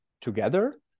together